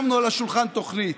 שמנו על השולחן תוכנית.